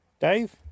Dave